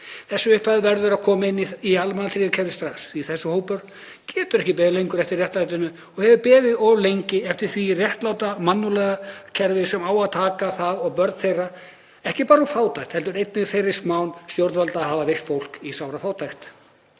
Þessi upphæð verður að koma inn í almannatryggingakerfið strax því að þessi hópur getur ekki beðið lengur eftir réttlætinu og hefur beðið of lengi eftir því réttláta, mannúðlega kerfi sem á að taka þetta fólk og börn þeirra, ekki bara úr fátækt heldur einnig þeirri smán stjórnvalda að hafa veikt fólk í sárafátækt.